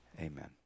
amen